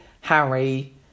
Harry